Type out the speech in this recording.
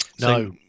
No